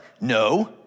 no